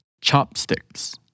chopsticks